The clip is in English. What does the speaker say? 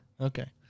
Okay